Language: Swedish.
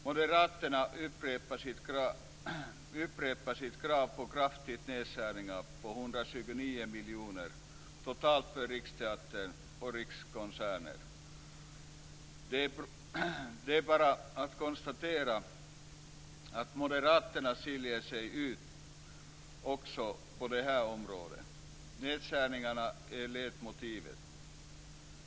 Moderaterna upprepar sitt krav på kraftiga nedskärningar, på 129 miljoner totalt för Riksteatern och Rikskonserter. Det är bara att konstatera att moderaterna skiljer ut sig även på det området. Nedskärningarna är ledmotivet.